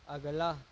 اگلا